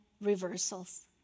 reversals